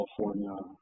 California